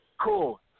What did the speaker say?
cool